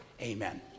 Amen